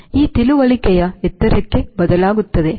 ಈ ತಿಳುವಳಿಕೆಯು ಎತ್ತರಕ್ಕೆ ಬದಲಾಗುತ್ತದೆ